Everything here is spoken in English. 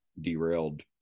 derailed